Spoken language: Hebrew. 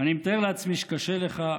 אני מתאר לעצמי שקשה לך.